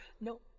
no